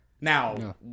Now